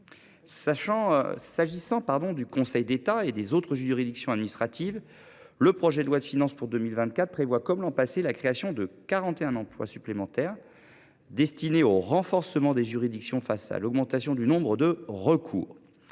concerne le Conseil d’État et les autres juridictions administratives, le projet de loi de finances pour 2024 prévoit, comme l’an passé, la création de 41 emplois supplémentaires destinés au renforcement des juridictions face à l’augmentation du nombre de recours.